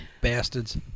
bastards